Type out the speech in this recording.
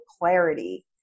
clarity